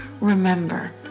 remember